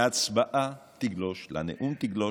להצבעה תגלוש, לנאום תגלוש.